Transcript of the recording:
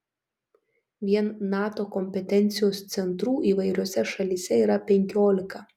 vien nato kompetencijos centrų įvairiose šalyse yra penkiolika